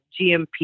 GMP